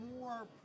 more